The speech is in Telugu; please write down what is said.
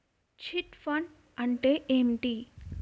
చిట్ ఫండ్ అంటే ఏంటి?